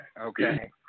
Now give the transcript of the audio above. Okay